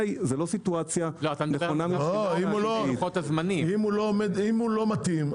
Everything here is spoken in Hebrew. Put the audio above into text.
אם הוא לא מתאים,